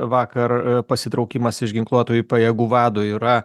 vakar pasitraukimas iš ginkluotųjų pajėgų vado yra